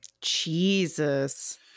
Jesus